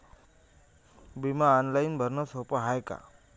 बिमा ऑनलाईन भरनं सोप हाय का?